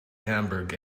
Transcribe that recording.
hamburg